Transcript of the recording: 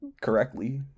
correctly